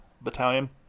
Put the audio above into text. Battalion